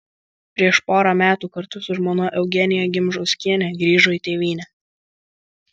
prieš porą metų kartu su žmona eugenija gimžauskiene grįžo į tėvynę